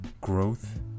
growth